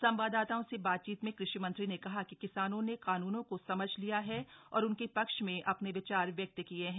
संवाददाताओं से बातचीत में कृषि मंत्री ने कहा कि किसानों ने कानूनों को समझ लिया है और उनके पक्ष में अपने विचार व्यक्त किये हैं